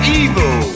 evil